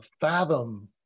fathom